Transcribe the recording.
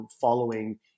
following